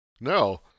No